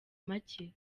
make